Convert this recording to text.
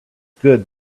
good